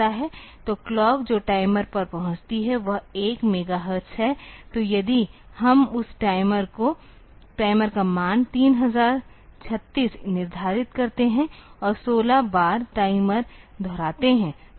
तो क्लॉक जो टाइमर तक पहुंचती है वह 1 मेगाहर्ट्ज़ है तो यदि हम उस टाइमर का मान 3036 निर्धारित करते हैं और 16 बार टाइमर दोहराते हैं